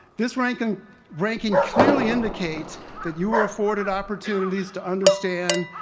this ranking ranking clearly indicates that you were afforded opportunities to understand,